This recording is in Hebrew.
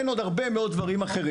אין עוד הרבה מאוד דברים אחרים.